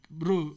bro